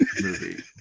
movie